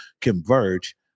Converge